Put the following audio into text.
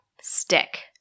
stick